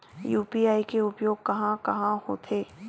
UPI के उपयोग कहां कहा होथे?